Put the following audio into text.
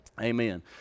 Amen